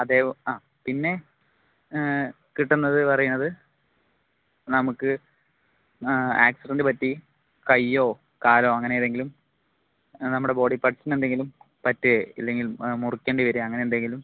അതേവോ ആ പിന്നെ കിട്ടുന്നത് പറയുന്നത് നമുക്ക് ആക്സിഡന്റ് പറ്റി കൈയ്യോ കാലോ അങ്ങനേതെങ്കിലും നമ്മടെ ബോഡി പാർട്ട്സ്ന് എന്തെങ്കിലും പറ്റുകയോ ഇല്ലെങ്കിൽ മുറിക്കണ്ടി വരികയോ അങ്ങനെന്തെങ്കിലും